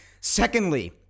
Secondly